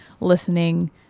listening